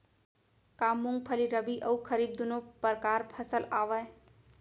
का मूंगफली रबि अऊ खरीफ दूनो परकार फसल आवय?